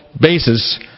basis